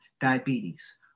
diabetes